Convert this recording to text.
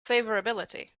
favorability